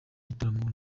gitaramo